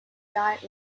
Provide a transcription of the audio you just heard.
diet